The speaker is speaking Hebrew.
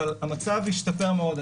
אבל המצב השתפר מאוד.